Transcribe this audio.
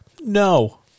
No